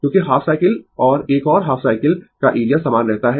क्योंकि half cycle और एक और हाफ साइकिल का एरिया समान रहता है